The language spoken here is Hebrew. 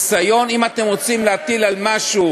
אם אתם רוצים להטיל על מישהו